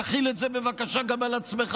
תחיל את זה בבקשה גם על עצמך.